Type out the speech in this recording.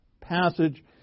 passage